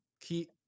Key